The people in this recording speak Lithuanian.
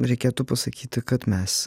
reikėtų pasakyti kad mes